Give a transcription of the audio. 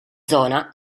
zona